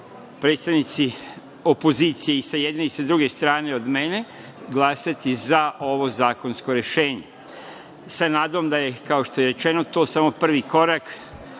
predstavnici opozicije i sa jedne i sa druge strane od mene, glasati za ovo zakonsko rešenje sa nadom da je, kao što je rečeno, to samo prvi korak